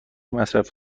مصرف